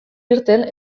irten